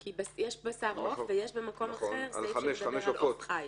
יש בשר עוף ויש במקום אחר סעיף שמדבר על עוף חי.